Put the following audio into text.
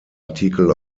artikel